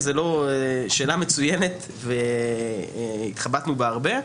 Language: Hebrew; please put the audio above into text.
זו שאלה מצוינת והתחבטנו בה הרבה.